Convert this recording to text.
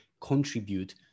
contribute